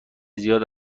زیاد